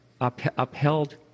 upheld